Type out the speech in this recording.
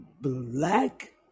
black